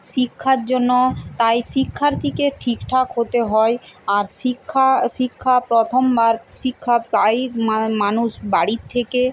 শিক্ষার জন্য তাই শিক্ষার্থীকে ঠিকঠাক হতে হয় আর শিক্ষা শিক্ষা প্রথমবার শিক্ষা পায়ই মা মানুষ বাড়ির থেকে